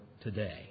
today